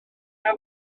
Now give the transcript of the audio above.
lawr